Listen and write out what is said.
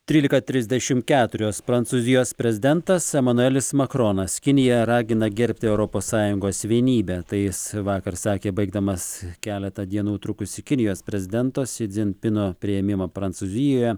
trylika trisdešim keturios prancūzijos prezidentas emanuelis makronas kiniją ragina gerbti europos sąjungos vienybę tai jis vakar sakė baigdamas keletą dienų trukusį kinijos prezidento si dzinpino priėmimą prancūzijoje